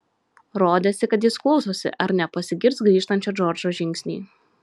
rodėsi kad jis klausosi ar nepasigirs grįžtančio džordžo žingsniai